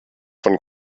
von